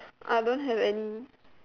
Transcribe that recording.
I don't have any